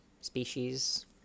species